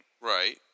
Right